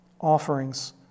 offerings